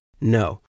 No